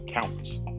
counts